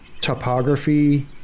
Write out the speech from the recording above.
topography